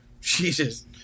Jesus